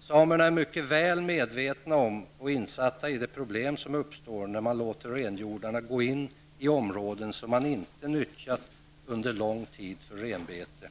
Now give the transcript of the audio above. Samerna är mycket väl medvetna om och insatta i de problem som kan uppstå när man låter renhjordarna gå in i områden som man inte nyttjat under lång tid för renarbete.